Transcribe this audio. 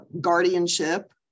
guardianship